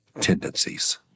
tendencies